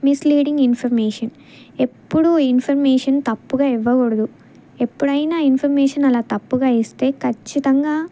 misleading information ఎప్పుడు information తప్పుగా ఇవ్వకూడదు ఎప్పుడైనా ఇన్ఫర్మేషన్ అలా తప్పుగా ఇస్తే ఖచ్చితంగా